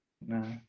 No